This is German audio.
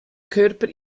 körper